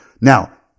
Now